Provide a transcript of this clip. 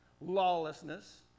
lawlessness